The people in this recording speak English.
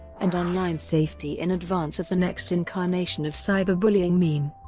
and online safety in advance of the next incarnation of cyberbullying meme.